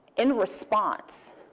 in response,